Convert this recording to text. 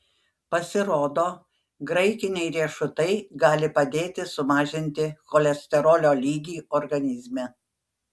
pasirodo graikiniai riešutai gali padėti sumažinti cholesterolio lygį organizme